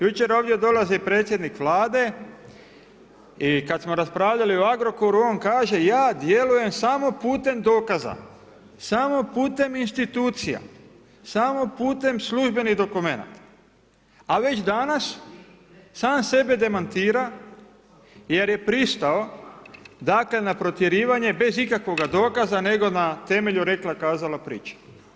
Jučer ovdje dolazi predsjednik Vlade i kad smo raspravljali o Agrokoru, on kaže, ja djelujem samo putem dokaza, samo putem institucija, samo putem službenih dokumenata, a već danas sam sebe demantira jer je pristao dakle, na protjerivanje bez ikakvoga dokaza nego na temelju rekla-kazala priče.